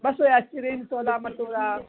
बसि आइस्क्रीम छोला भटूरा